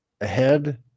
ahead